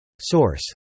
Source